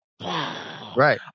Right